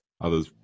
others